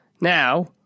Now